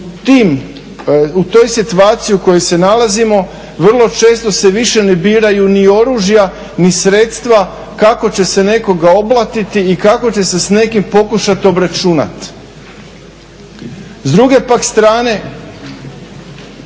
u toj situaciji u kojoj se nalazimo vrlo često se više ne biraju ni oružja ni sredstva kako će se nekoga oblatiti i kako će se sa nekim pokušati obračunati. S druge pak strane